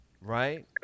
right